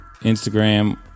Instagram